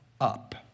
up